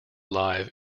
live